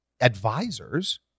advisors